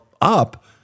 up